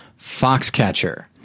Foxcatcher